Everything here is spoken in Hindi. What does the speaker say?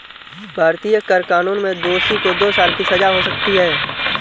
भारतीय कर कानून में दोषी को दो साल की सजा हो सकती है